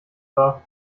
wahr